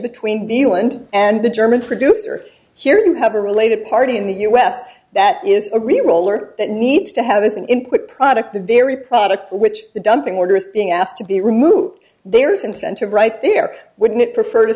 between the land and the german producer here you have a related party in the us that is a real roller that needs to have an input product the very product which the dumping order is being asked to be removed there's incentive right there wouldn't it prefer to